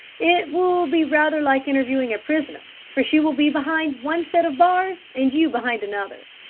it will be rather like interviewing a prisoner, for she will be behind one set of bars and you behind another.